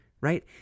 right